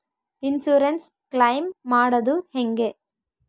Insurance claim ಮಾಡದು ಹೆಂಗೆ?